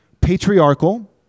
patriarchal